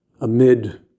amid